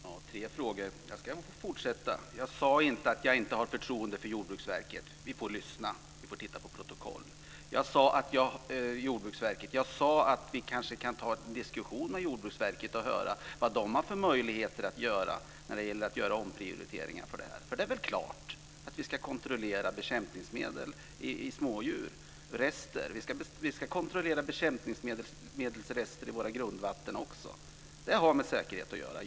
Fru talman! Det var tre frågor. Jag ska fortsätta att svara. Jag sade inte att jag inte har förtroende för Jordbruksverket. Vi får lyssna och läsa protokoll. Jag sade att vi kanske kan ta en diskussion med Jordbruksverket och höra vad det har för möjligheter att göra omprioriteringar för detta. Det är klart att vi ska kontrollera bekämpningsmedelsrester i smådjur. Vi ska också kontrollera bekämpningsmedelsrester i våra grundvatten. Det har med säkerhet att göra.